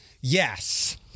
Yes